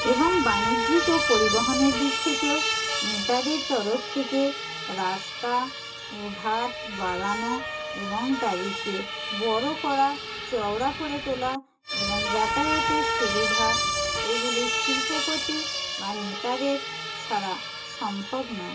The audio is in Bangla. এবং বাণিজ্যিক ও পরিবহণের দিক থেকেও নেতাদের তরফ থেকে রাস্তা ও ঘাট বাগানো এবং তাদেরকে বড় করা চওড়া করে তোলা এবং যাতায়াতের সুবিধা এগুলি শিল্পপতি বা নেতাদের ছাড়া সম্ভব নয়